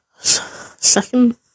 second